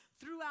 throughout